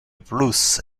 plus